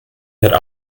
der